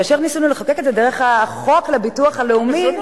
כאשר ניסינו לחוקק את זה דרך חוק הביטוח הלאומי,